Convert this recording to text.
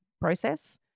process